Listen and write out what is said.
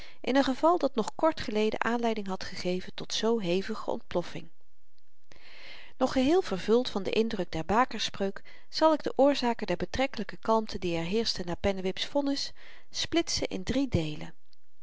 in n geval dat nog kort geleden aanleiding had gegeven tot zoo hevige ontploffing nog geheel vervuld van den indruk der bakerspreuk zal ik de oorzaken der betrekkelyke kalmte die er heerschte na pennewip's vonnis splitsen in drie deelen